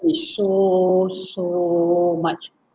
is so so much